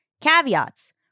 caveats